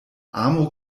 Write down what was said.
amo